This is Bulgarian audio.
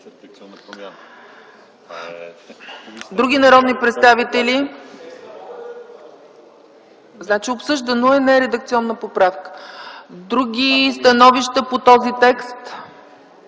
други народни представители?…(Реплики.) Значи, обсъждано е. Не е редакционна поправка. Други становища по този текст